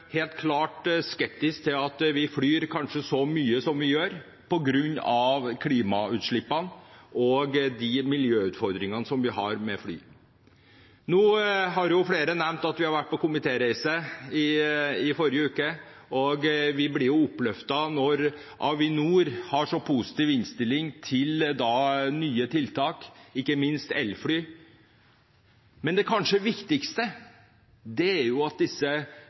helt klart skeptisk til at vi flyr så mye som vi gjør, på grunn av klimagassutslippene og de miljøutfordringene som vi har med fly. Nå har flere nevnt at vi var på komitéreise i forrige uke. Vi ble oppløftet når Avinor har så positiv innstilling til nye tiltak – ikke minst til elfly. Men det kanskje viktigste er at